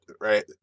Right